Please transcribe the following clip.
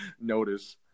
notice